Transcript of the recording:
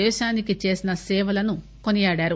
దేశానికి చేసిన సేవలను కొనియాడారు